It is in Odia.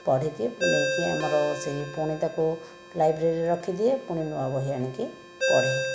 ପଢ଼ିକି ନେଇକି ଆମର ସେହି ଫୁଣି ତାକୁ ଲାଇବ୍ରେରୀ ରଖିଦିଏ ଫୁଣି ନୂଆ ବହି ଆଣିକି ପଢ଼େ